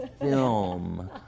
Film